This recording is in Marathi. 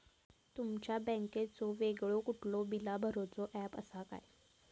तुमच्या बँकेचो वेगळो कुठलो बिला भरूचो ऍप असा काय?